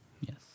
Yes